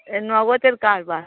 এ নগদের কারবার